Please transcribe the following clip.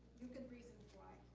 few good reasons why.